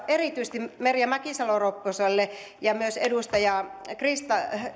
todeta erityisesti merja mäkisalo ropposelle ja myös edustaja